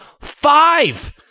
five